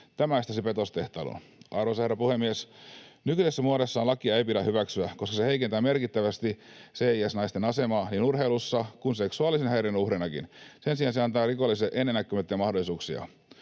Tämä estäisi petostehtailun. Arvoisa herra puhemies! Nykyisessä muodossaan lakia ei pidä hyväksyä, koska se heikentää merkittävästi cis-naisten asemaa niin urheilussa kuin seksuaalisen häirinnän uhreinakin. Sen sijaan se antaa rikolliselle ennennäkemättömiä mahdollisuuksia.